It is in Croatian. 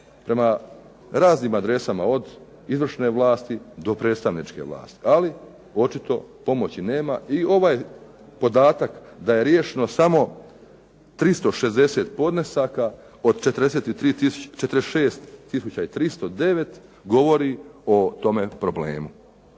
prema raznim adresama od izvršne vlasti do predstavničke vlasti, ali očito pomoći nema i ovaj podatak da je riješeno samo 360 podnesaka od 46 tisuća i 309 govori o tome problemu.